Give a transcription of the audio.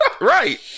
Right